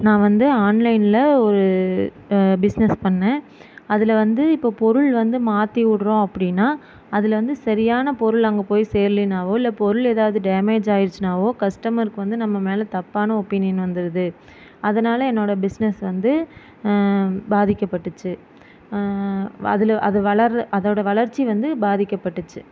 நான் வந்து ஆன்லைனில் ஒரு பிஸ்னஸ் பண்ணிணேன் அதில் வந்து இப்போது பொருள் வந்து மாற்றி விடுறோம் அப்படின்னா அதில் வந்து சரியான பொருள் அங்கே போய் சேரலினாவோ இல்லை பொருள் எதாவது டேமேஜ் ஆயிடுச்சினாவோ கஸ்டமருக்கு வந்து நம்ம மேல் தப்பான ஒப்பினியன் வந்துடுது அதனால் என்னோடய பிஸ்னஸ் வந்து பாதிக்கப்பட்டுச்சு அதில் அது வளர்ற அதோடய வளர்ச்சி வந்து பாதிக்கப்பட்டுச்சு